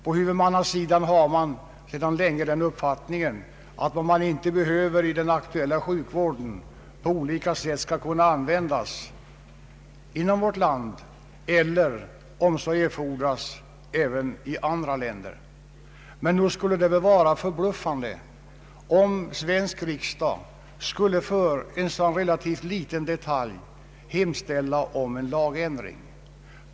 På huvudmannasidan har man sedan länge haft den uppfattningen att vad man inte behöver i den aktuella sjukvården skall kunna användas på olika sätt — inom vårt land eller, om så erfordras, även i andra länder. Nog skulle det vara förbluffande om svensk riksdag för en sådan relativt liten detalj som denna skulle hemställa om en lagändring.